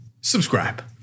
Subscribe